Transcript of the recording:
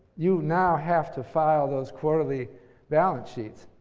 you now have to file those quarterly balance sheets.